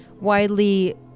widely